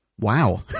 Wow